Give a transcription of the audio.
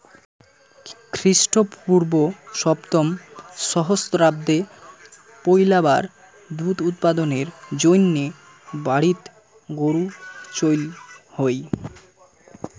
খ্রীষ্টপূর্ব সপ্তম সহস্রাব্দে পৈলাবার দুধ উৎপাদনের জইন্যে বাড়িত গরু চইল হই